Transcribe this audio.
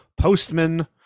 postman